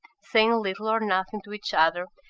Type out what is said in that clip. saying little or nothing to each other,